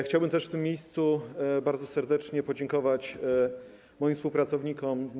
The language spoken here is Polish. Chciałbym też w tym miejscu bardzo serdecznie podziękować moim współpracownikom.